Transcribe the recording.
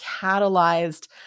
catalyzed